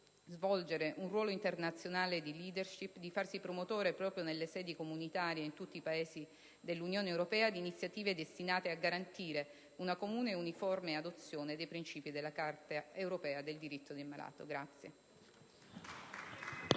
svolgere un ruolo internazionale di *leadership* e di farsi promotore, nelle sedi comunitarie e in tutti i paesi dell'Unione europea, di iniziative destinate a garantire una comune ed uniforme adozione dei princìpi della Carta europea dei diritti del malato.